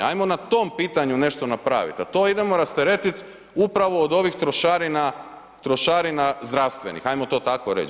Ajmo na to pitanju nešto napraviti, a to idemo rasteretiti upravo od ovih trošarina zdravstvenih, ajmo to tako reći.